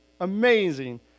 amazing